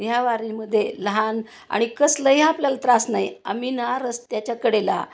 ह्या वारीमध्ये लहान आणि कसलंही आपल्याला त्रास नाही आम्ही ना रस्त्याच्याकडेला